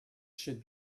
should